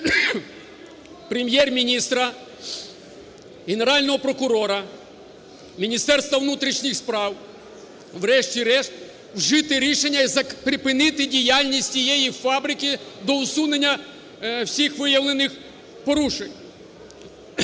Прем'єр-міністра, Генерального прокурора, Міністерства внутрішніх справ врешті-решт вжити рішення і припинити діяльність цієї фабрики до усунення всіх виявлених порушень.